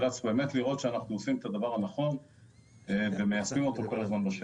צריכים לראות שאנחנו עושים את הדבר הנכון ומיישמים אותו בשטח.